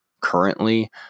currently